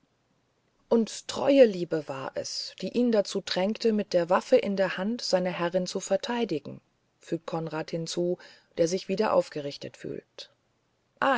und treue liebe war es die ihn dazu drängte mit der waffe in der hand seine herrin zu verteidigen fügt konrad hinzu der sich wieder aufgerichtet fühlt